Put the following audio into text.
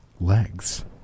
legs